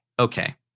Okay